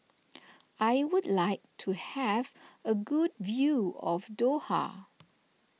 I would like to have a good view of Doha